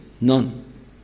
None